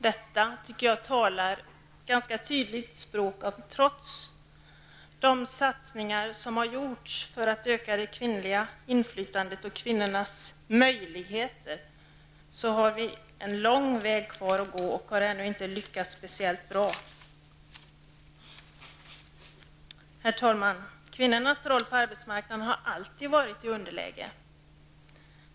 Detta tycker jag talar ett ganska tydligt språk, som visar att trots de satsningar som har gjorts för att öka det kvinnliga inflytandet och kvinnors möjligheter har vi en lång väg kvar att gå och har ännu inte lyckats speciellt bra. Herr talman! Kvinnornas roll på arbetsmarknaden har alltid varit i underläge.